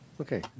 Okay